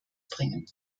bringen